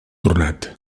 tornat